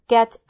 Get